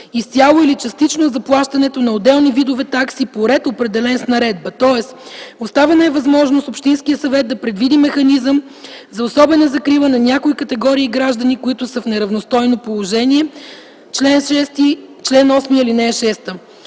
изцяло или частично от заплащане на отделни видове такси по ред, определен с наредба, тоест оставена е възможност общинският съвет да предвиди механизъм за особена закрила на някои категории граждани, които са в неравностойно положение – чл. 8, ал. 6.